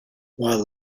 while